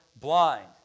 blind